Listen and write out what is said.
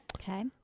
Okay